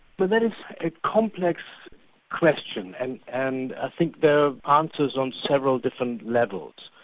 but that is a complex question, and and i think there are answers on several different levels.